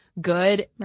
good